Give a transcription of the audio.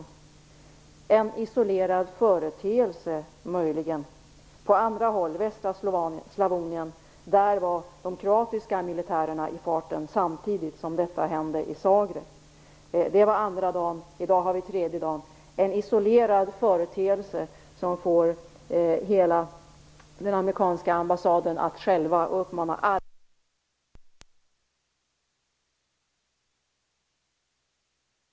Är det möjligen en isolerad företeelse? På andra håll, i västra Slavonien, var de kroatiska militärerna i farten samtidigt som detta hände i Zagreb. Det var andra dagen. I dag har vi tredje dagen. Är det en isolerad företeelse som får hela den amerikanska ambassaden att skälva och uppmana alla amerikaner att åka hem? Är det en isolerad företeelse? Jag tycker att det är en ganska märklig bedömning. Statsrådet talar om en respit på två tre veckor.